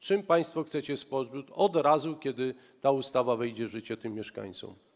Czym państwo chcecie wspomóc od razu, kiedy ta ustawa wejdzie w życie, tych mieszkańców?